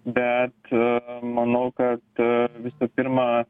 bet manau kad visų pirma